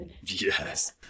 Yes